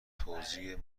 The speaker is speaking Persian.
توزیع